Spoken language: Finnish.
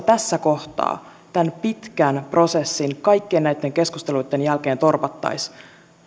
tässä kohtaa tämän pitkän prosessin kaikkien näitten keskusteluitten jälkeen torpattaisiin